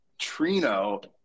Trino